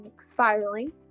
spiraling